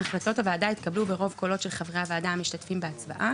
החלטות הוועדה יתקבלו ברוב קולות של חברי הוועדה המשתתפים בהצבעה.